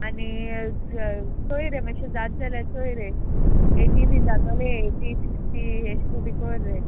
आनी चोय रे मातशें जात जाल्यार चोय रे एटी बी जातोले एटी सिक्स्टी एश को बी कोर रे